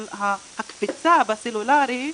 אבל המקפצה בסלולרי,